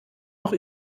noch